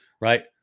Right